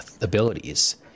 abilities